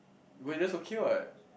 but that's okay what